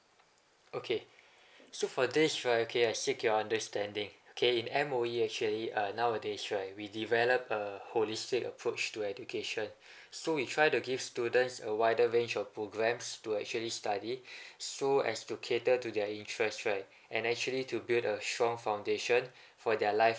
okay so for this right okay I seek your understanding okay in M_O_E actually uh nowadays right we develop a holistic approach to education so we try to give students a wider range of programs to actually study so as to cater to their interest right and actually to build a strong foundation for their life